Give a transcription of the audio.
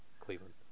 cleveland